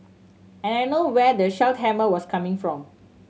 and I know where the sledgehammer was coming from